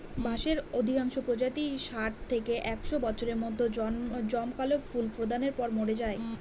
বাঁশের অধিকাংশ প্রজাতিই ষাট থেকে একশ বছরের মধ্যে জমকালো ফুল প্রদানের পর মরে যায়